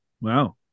Wow